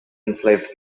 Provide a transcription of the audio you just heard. enslaved